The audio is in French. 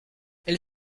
elle